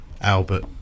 Albert